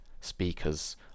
speakers